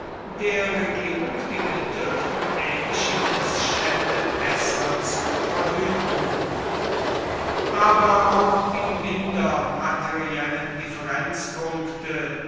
der regierung die mittel um ähnliche mißstände besser zu verhüten aber auch die minder materiellen